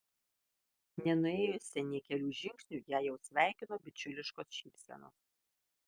nenuėjusią nė kelių žingsnių ją jau sveikino bičiuliškos šypsenos